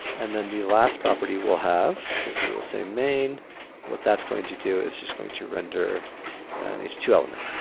and then, the last property we'll have is we will say main, and what that's going to do is just going to render an h two element.